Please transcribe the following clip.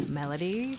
melody